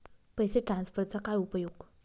पैसे ट्रान्सफरचा काय उपयोग?